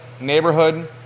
neighborhood